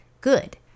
good